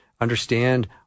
understand